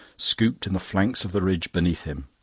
scooped in the flanks of the ridge beneath him.